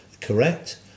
correct